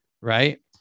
right